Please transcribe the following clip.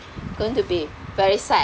going to be very sad